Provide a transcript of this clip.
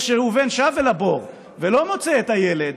אחרי שראובן שב אל הבור ולא מוצא את הילד,